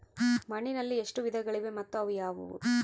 ಮಣ್ಣಿನಲ್ಲಿ ಎಷ್ಟು ವಿಧಗಳಿವೆ ಮತ್ತು ಅವು ಯಾವುವು?